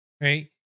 right